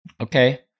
Okay